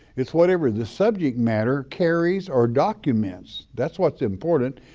it's whatever the subject matter carries or documents. that's, what's important.